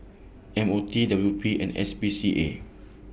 M O T W P and S P C A